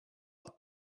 out